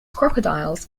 crocodiles